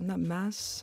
na mes